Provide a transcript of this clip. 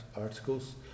articles